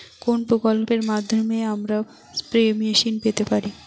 কোন প্রকল্পের মাধ্যমে আমরা স্প্রে মেশিন পেতে পারি?